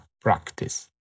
practice